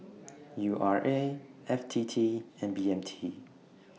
U R A F T T and B M T